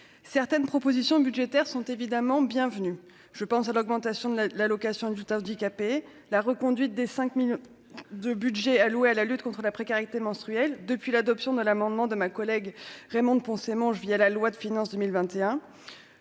certaines propositions budgétaires sont évidemment bienvenus, je pense à l'augmentation de l'allocation ajoute handicapé la reconduite des 5 millions de budget alloué à la lutte contre la précarité menstruelle depuis l'adoption de l'amendement de ma collègue Raymonde Poncet mange via la loi de finances 2021,